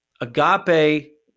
Agape